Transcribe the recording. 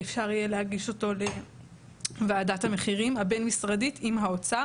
הוא שאפשר יהיה להגיש אותו לוועדת המחירים הבין-משרדית עם האוצר.